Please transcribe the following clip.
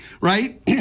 right